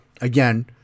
Again